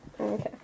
Okay